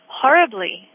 horribly